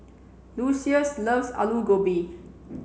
Lucious loves Alu Gobi